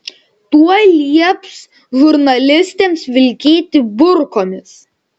tuoj lieps žurnalistėms vilkėti burkomis